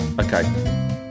okay